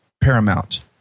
paramount